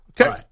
Okay